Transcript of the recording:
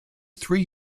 three